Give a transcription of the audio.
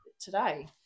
today